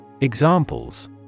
Examples